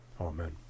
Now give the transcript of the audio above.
Amen